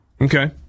Okay